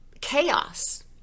chaos